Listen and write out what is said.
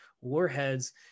warheads